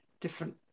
different